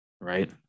right